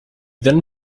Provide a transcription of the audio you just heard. then